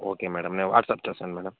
okay madam నేను WhatsApp చేస్తాను madam